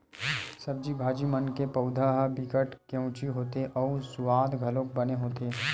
सब्जी भाजी मन के पउधा ह बिकट केवची होथे अउ सुवाद घलोक बने होथे